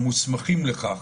המוסמכים לכך.